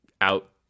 out